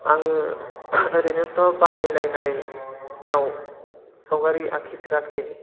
आङो ओरैनोथ' बादायलायनायाव सावगारि आखिफेराखै